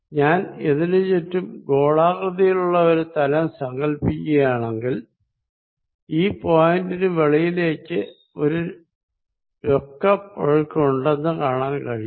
ഞാൻ ഇതിനു ചുറ്റും ഗോളാകൃതിയിലുള്ള ഒരു പ്ലെയ്ൻ സങ്കല്പിക്കുകയാണെങ്കിൽ ഈ പോയിന്റിന് വെളിയിലേക്ക് ഒരു നെറ്റ് ഫ്ലോ ഉണ്ടെന്നു കാണാൻ കഴിയും